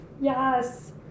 Yes